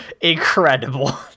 incredible